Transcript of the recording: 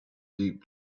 deep